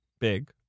big